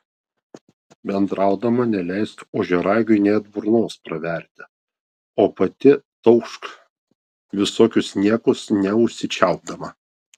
bendraudama neleisk ožiaragiui net burnos praverti o pati taukšk visokius niekus neužsičiaupdama